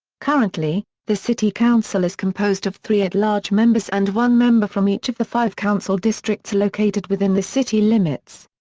currently, the city council is composed of three at-large members and one member from each of the five council districts located within the city limits.